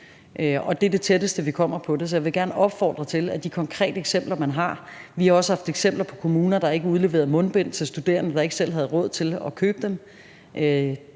Det er det tætteste, vi kommer på det. Så jeg vil gerne opfordre til, at man kommer med de konkrete eksempler, man har. Vi har også haft eksempler på kommuner, der ikke udleverede mundbind til studerende, der ikke selv havde råd til at købe dem.